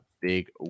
big